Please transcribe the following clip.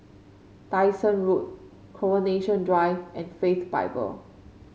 Dyson Road Coronation Drive and Faith Bible